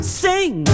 sing